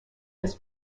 has